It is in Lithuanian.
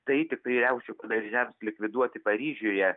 tai tiktai riaušių padariniams likviduoti paryžiuje